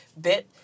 bit